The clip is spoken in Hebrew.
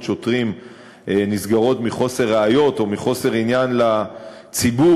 שוטרים נסגרות מחוסר ראיות או מחוסר עניין לציבור,